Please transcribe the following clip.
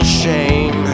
shame